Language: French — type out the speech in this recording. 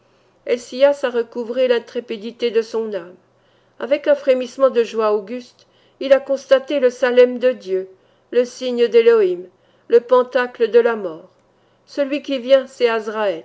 helcias a recouvré l'intrépidité de son âme avec un frémissement de joie auguste il a constaté le salëm de dieu le signe d'élohim le pantacle de la mort celui qui vient